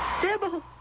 Sybil